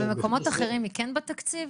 במקומות אחרים היא כן בתקציב?